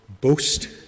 boast